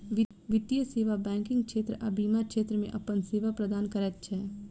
वित्तीय सेवा बैंकिग क्षेत्र आ बीमा क्षेत्र मे अपन सेवा प्रदान करैत छै